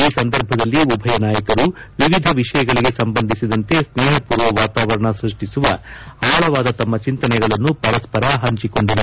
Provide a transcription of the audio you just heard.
ಈ ಸಂದರ್ಭದಲ್ಲಿ ಉಭಯ ನಾಯಕರು ವಿವಿಧ ವಿಷಯಗಳಿಗೆ ಸಂಬಂಧಿಸಿದಂತೆ ಸ್ನೇಹಪೂರ್ವ ವಾತಾವರಣ ಸೃಷ್ಟಿಸುವ ಆಳವಾದ ತಮ್ಮ ಚಿಂತನೆಗಳನ್ನು ಪರಸ್ಪರ ಹಂಚಿಕೊಂಡರು